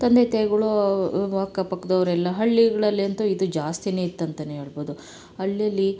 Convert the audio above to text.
ತಂದೆ ತಾಯಿಗಳು ಅಕ್ಕಪಕ್ಕದವ್ರೆಲ್ಲ ಹಳ್ಳಿಗಳಲ್ಲಿ ಅಂತೂ ಇದು ಜಾಸ್ತಿನೇ ಇತ್ತು ಅಂತನೇ ಹೇಳ್ಬೋದು ಹಳ್ಳಿಯಲ್ಲಿ